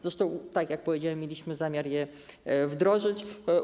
Zresztą, tak jak powiedziałem, mieliśmy zamiar je wdrożyć.